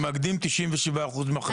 שמאגדים 97% מהחקלאים.